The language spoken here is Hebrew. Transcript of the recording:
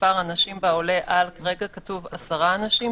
שמספר האנשים בה עולה על כרגע כתוב 10 אנשים,